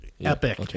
epic